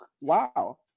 wow